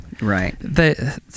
Right